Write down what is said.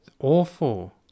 Awful